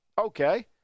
Okay